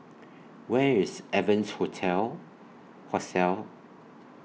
Where IS Evans Hostel